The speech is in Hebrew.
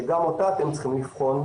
שגם אותה אתם צריכים לבחון,